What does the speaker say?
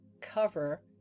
cover